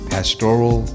Pastoral